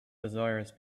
desires